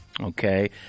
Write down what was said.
Okay